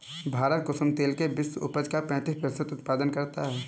भारत कुसुम तेल के विश्व उपज का पैंतीस प्रतिशत उत्पादन करता है